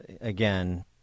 again